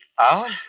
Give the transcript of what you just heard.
out